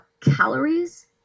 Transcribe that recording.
calories